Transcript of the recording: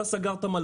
אתה סגרת מלון,